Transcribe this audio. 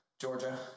Georgia